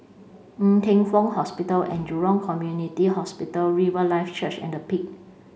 Ng Teng Fong Hospital and Jurong Community Hospital Riverlife Church and Peak